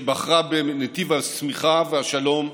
שבחרה בנתיב הצמיחה והשלום,